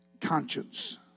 conscience